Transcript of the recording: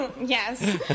yes